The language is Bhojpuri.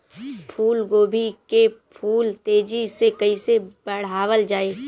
फूल गोभी के फूल तेजी से कइसे बढ़ावल जाई?